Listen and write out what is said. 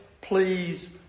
please